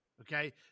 Okay